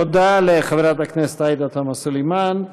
תודה לחברת הכנסת עאידה תומא סלימאן.